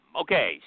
Okay